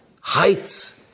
heights